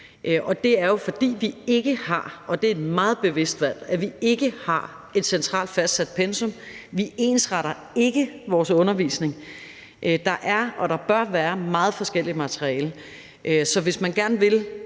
det er jo, fordi vi ikke har – og det er et meget bevidst valg – et centralt fastsat pensum. Vi ensretter ikke vores undervisning. Der er og der bør være meget forskelligt materiale, så hvis vi gerne vil